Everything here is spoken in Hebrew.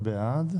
מי בעד?